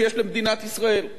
אתה אשם בזה.